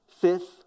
fifth